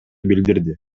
билдирди